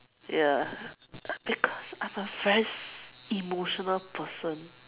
ya because I'm a very emotional person